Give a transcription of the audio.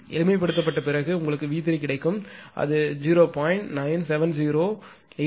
எனவே எளிமைப்படுத்தப்பட்ட பிறகு உங்களுக்கு V3 கிடைக்கும் 0